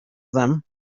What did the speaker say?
them